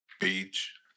Beach